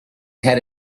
had